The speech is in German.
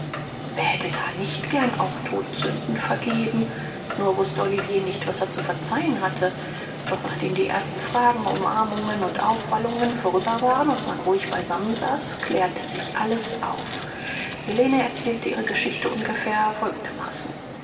wer hätte da nicht gern auch todsünden vergeben nur wußte oliver nicht was er zu verzeihen hatte doch nachdem die ersten fragen umarmungen und aufwallungen vorüber waren und man ruhig beisammensaß klärte sich alles auf helene erzählte ihre geschichte ungefähr folgendermaßen